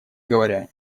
говоря